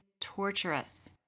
torturous